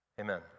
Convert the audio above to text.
Amen